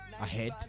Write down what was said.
Ahead